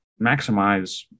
maximize